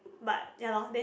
but ya lor then